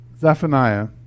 Zephaniah